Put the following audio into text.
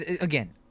again